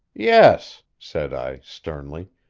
yes, said i sternly.